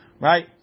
Right